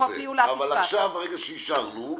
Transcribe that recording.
אבל עכשיו ברגע שאישרנו?